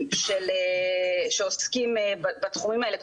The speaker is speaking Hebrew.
שעוסקים בתחומים האלה,